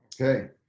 Okay